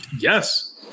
yes